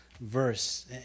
verse